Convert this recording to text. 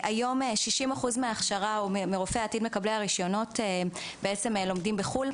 היום 60% מההכשרה של רופאי העתיד מקבלי הרישיונות לומדים בחו"ל.